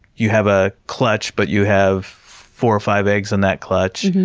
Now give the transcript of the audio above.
you have a clutch, but you have four or five eggs in that clutch.